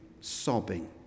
sobbing